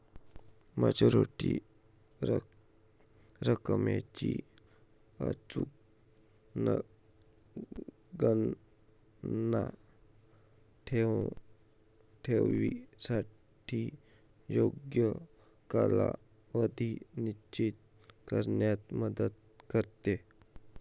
maturity रकमेची अचूक गणना ठेवीसाठी योग्य कालावधी निश्चित करण्यात मदत करते